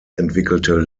entwickelte